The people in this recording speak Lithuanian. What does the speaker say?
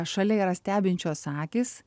šalia yra stebinčios akys